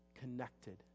connected